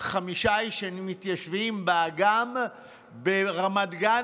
שחמישה אנשים שמתיישבים באגם ברמת גן,